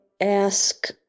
ask